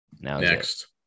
Next